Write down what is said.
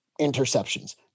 interceptions